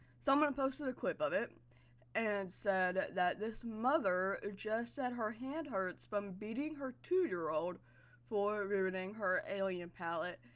someone posted a clip of it and said that this mother just said her hand hurts from beating her two-year-old for ruining her alien palette.